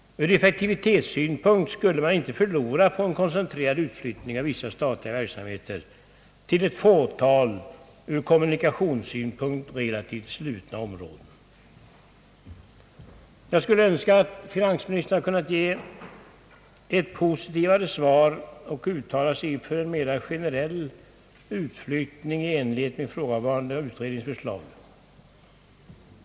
Ur effektivitetssynpunkt skulle man inte förlora på en koncentrerad utflyttning av vissa statliga verksamheter till ett fåtal ur kommunikationssynpunkt relativt slutna områden. Jag skulle önskat att finansministern gett ett positivare svar och att han uttalat sig för en mera generell utflyttning enligt ifrågavarande utrednings förslag.